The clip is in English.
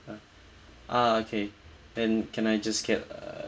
ah okay then can I just get uh